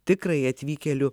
tikrąjį atvykėlių